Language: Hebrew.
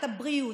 את הבריאות,